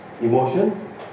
emotion